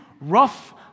rough